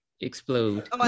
explode